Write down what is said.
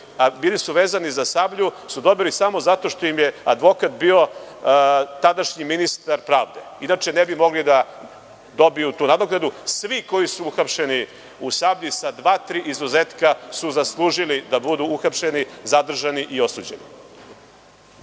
a bili su vezani za „Sablju“, su dobili samo zato što im je advokat bio tadašnji ministar pravde. Inače ne bi mogli da dobiju tu nadoknadu. Svi koji su uhapšeni u „Sablji“, sa dva-tri izuzetka, su zaslužili da budu uhapšeni, zadržani i osuđeni.